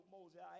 Moses